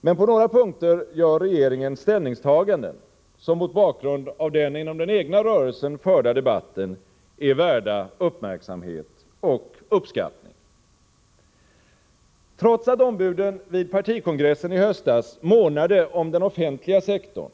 Men på några punkter gör regeringen ställningstaganden som, mot bakgrund av den inom den egna rörelsen förda debatten, är värda uppmärksamhet och uppskattning. Trots att ombuden vid partikongressen i höstas månade om den offentliga sektorn,